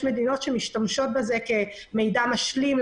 יש מדינות שנסמכות על נתונים אלו כמידע משלים.